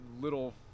little